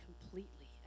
completely